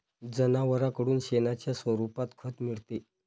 जनावरांकडून शेणाच्या स्वरूपात खत मिळते